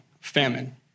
famine